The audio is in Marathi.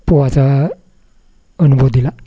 पोहायचा अनुभव दिला